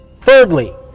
thirdly